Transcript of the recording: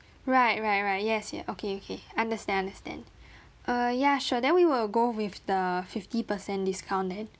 right right right yes ya okay okay understand understand uh ya sure then we will go with the fifty percent discount then